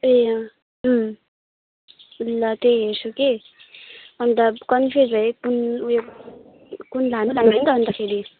ए ल त्यही हेर्छु कि अन्त कनफ्युज भएँ कुन उयो कुन लानु लानु अन्तखेरि